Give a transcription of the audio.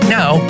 now